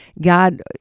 god